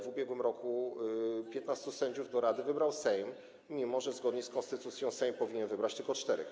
W ubiegłym roku 15 sędziów do rady wybrał Sejm, mimo że zgodnie z konstytucją Sejm powinien wybrać tylko czterech.